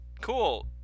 Cool